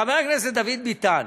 חבר הכנסת דוד ביטן.